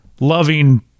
loving